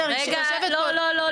לא.